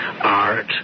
art